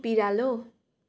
बिरालो